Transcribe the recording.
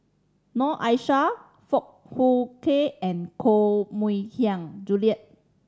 Noor Aishah Foong Fook Kay and Koh Mui Hiang Julie